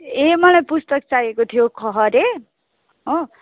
ए मलाई पुस्तक चाहिएको थियो खहरे हो